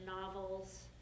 novels